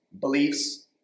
beliefs